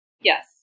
Yes